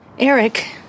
Eric